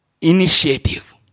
initiative